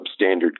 substandard